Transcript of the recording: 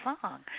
song